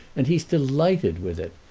and he's delighted with it.